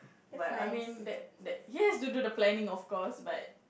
but I mean that that he has to do the planning of course but